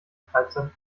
treibsand